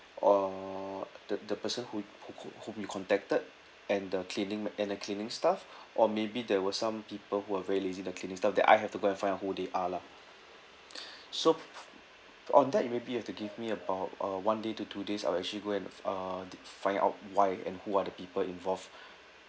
uh the the person who who who whom you contacted and the cleaning m~ and the cleaning staff or maybe there were some people who are very lazy in the cleaning staff that I have to go and find out who they are lah so f~ on that maybe you have to give me about uh one day to two days I'll actually go and f~ uh d~ find out why and who are the people involved